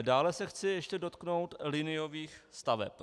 Dále se chci ještě dotknout liniových staveb.